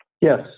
Yes